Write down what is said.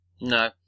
No